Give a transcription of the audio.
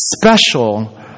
special